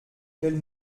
quelle